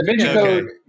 okay